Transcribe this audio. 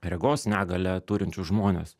regos negalią turinčius žmones